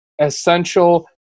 essential